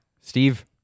Steve